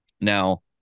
Now